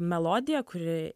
melodiją kuri